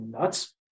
nuts